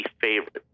favorite